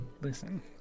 Listen